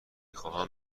خوام